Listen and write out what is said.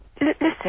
listen